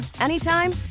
anytime